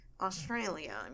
australia